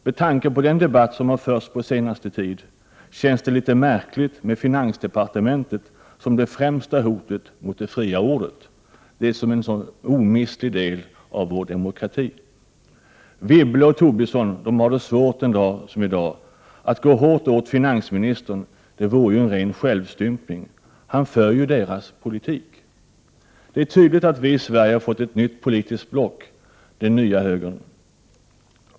Med tanke på den debatt som har förts den senaste tiden känns det märkligt med finansdepartementet som det främsta hotet mot det fria ordet, som är en sådan omistlig del av vår demokrati. Wibble och Tobisson har det svårt en dag som denna — att gå hårt åt finansministern vore en ren självstympning. Han för ju deras politik. Det är tydligt att vi i Sverige har fått ett nytt politiskt block — den nya högern.